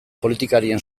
politikarien